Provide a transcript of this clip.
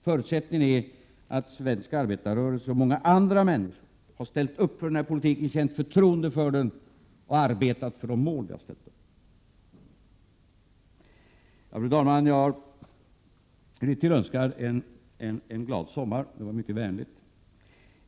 Förutsättningen är att svensk arbetarrörelse och många andra människor har ställt upp för den här politiken, känt förtroende för den och arbetat för de mål jag har ställt upp. Fru talman! Jag har blivit tillönskad en glad sommar — det var mycket vänligt.